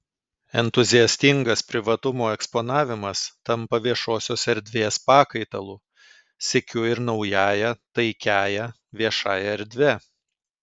entuziastingas privatumo eksponavimas tampa viešosios erdvės pakaitalu sykiu ir naująją takiąja viešąja erdve